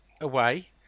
away